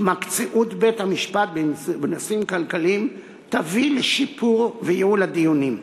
התמקצעות בית-המשפט בנושאים כלכליים תביא לשיפור וייעול של הדיונים.